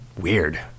Weird